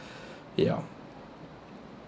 ya